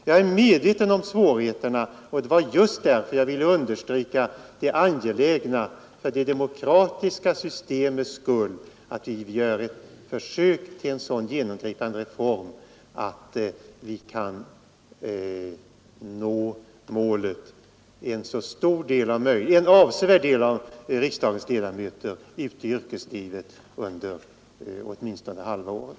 Jag är medveten om svårigheterna; det var just ——— därför jag ville understryka det angelägna i — för det demokratiska Ny regeringsform systemets skull — att man försöker åstadkomma en sådan genomgripande och na riksdagsreform att vi kan nå målet: en avsevärd del av riksdagens ledamöter ute i ordning m.m. yrkeslivet under åtminstone halva året.